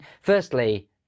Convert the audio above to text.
Firstly